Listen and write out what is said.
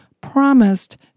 promised